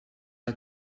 l’a